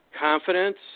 confidence